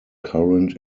current